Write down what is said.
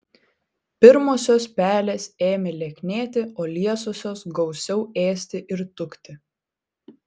pirmosios pelės ėmė lieknėti o liesosios gausiau ėsti ir tukti